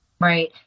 Right